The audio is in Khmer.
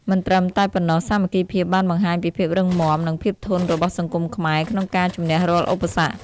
មិនត្រឹមតែប៉ុណ្ណោះ សាមគ្គីភាពបានបង្ហាញពីភាពរឹងមាំ និងភាពធន់របស់សង្គមខ្មែរក្នុងការជំនះរាល់ឧបសគ្គ។